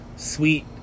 Sweet